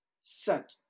set